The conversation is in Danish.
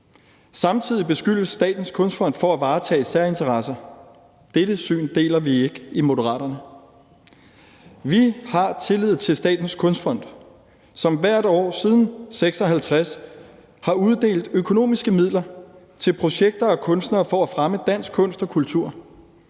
Samtidig beskyldes Statens Kunstfond for at varetage særinteresser. Dette syn deler vi ikke i Moderaterne. Vi har tillid til Statens Kunstfond, som hvert år siden 1956 har uddelt økonomiske midler til projekter og kunstnere for at fremme dansk kunst og kultur.